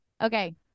Okay